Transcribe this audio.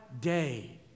day